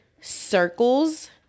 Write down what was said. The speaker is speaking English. circles